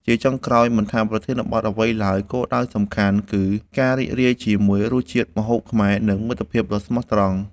ជាចុងក្រោយ មិនថាប្រធានបទអ្វីឡើយ គោលដៅសំខាន់គឺការរីករាយជាមួយរសជាតិម្ហូបខ្មែរ និងមិត្តភាពដ៏ស្មោះត្រង់។